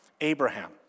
Abraham